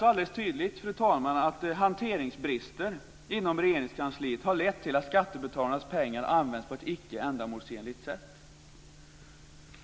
Det är alltså väldigt tydligt att hanteringsbrister inom Regeringskansliet har lett till att skattebetalarnas pengar används på ett icke ändamålsenligt sätt.